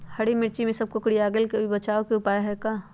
हमर मिर्ची सब कोकररिया गेल कोई बचाव के उपाय है का?